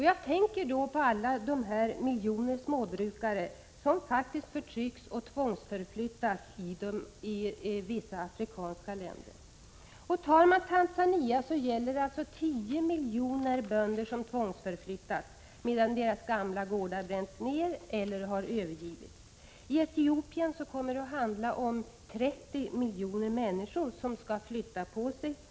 Jag tänker då på de miljoner småbrukare som faktiskt förtrycks och tvångsförflyttas i vissa afrikanska länder. I Tanzania är det 10 miljoner bönder som tvångsförflyttas. Deras gamla gårdar har bränts ned eller övergivits. I Etiopien är det 30 miljoner människor som skall flytta på sig.